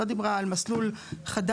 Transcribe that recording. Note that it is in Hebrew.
לא דיברה על מסלול חדש